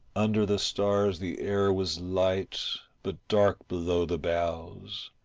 under the stars the air was light but dark below the boughs,